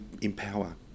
empower